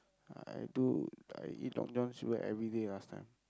I do I eat Long-John-Silvers everyday last time